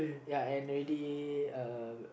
ya and already uh